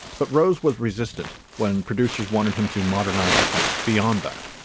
but rose was resistant when producers wanted him to modernize the text beyond that,